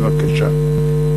בבקשה.